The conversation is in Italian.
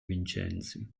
vincenzi